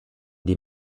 die